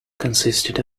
consisted